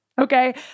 Okay